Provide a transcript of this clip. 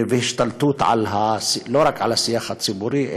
והשתלטות היא לא רק על השיח הציבורי,